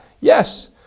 yes